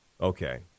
Okay